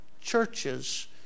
churches